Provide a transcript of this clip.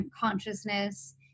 consciousness